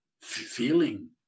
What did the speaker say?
Feeling